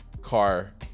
car